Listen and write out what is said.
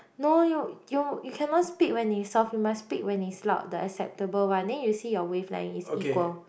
no you you you cannot speak when it's soft you must speak when it's loud the acceptable one then you see your wavelength it's equal